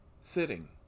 sitting